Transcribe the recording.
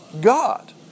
God